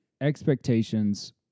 expectations